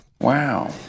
Wow